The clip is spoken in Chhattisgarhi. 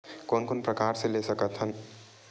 कोन कोन से प्रकार ले कर सकत हन?